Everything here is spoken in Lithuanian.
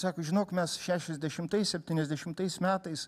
sako žinok mes šešiasdešimtais septyniasdešimtais metais